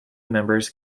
members